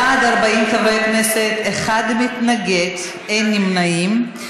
בעד, 40 חברי כנסת, אחד מתנגד, אין נמנעים.